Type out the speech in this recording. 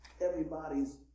everybody's